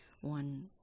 one